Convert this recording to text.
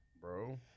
Bro